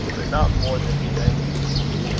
but not more than he meant you to be,